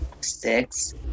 Six